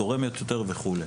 תורמת יותר וכולי.